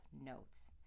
notes